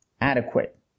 adequate